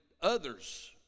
others